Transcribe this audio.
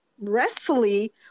restfully